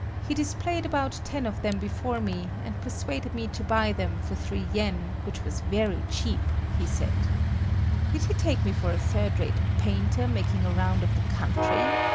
he displayed about ten of them before me and persuaded me to buy them for three yen, which was very cheap, he said. did he take me for a third rate painter making a round of the country?